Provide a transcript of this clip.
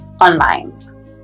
online